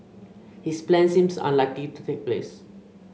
his plans seem unlikely to take place